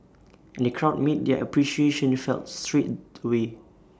and the crowd made their appreciation felt straight away